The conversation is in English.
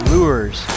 Lures